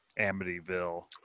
Amityville